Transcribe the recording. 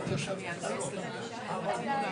השנה הקרובות